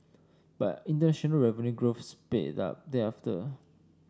but international revenue growth sped up thereafter